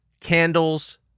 candles